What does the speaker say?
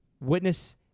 witness